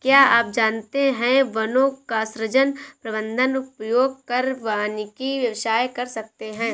क्या आप जानते है वनों का सृजन, प्रबन्धन, उपयोग कर वानिकी व्यवसाय कर सकते है?